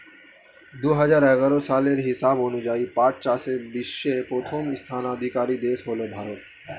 দুহাজার এগারো সালের হিসাব অনুযায়ী পাট চাষে বিশ্বে প্রথম স্থানাধিকারী দেশ হল ভারত